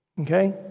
okay